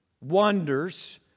wonders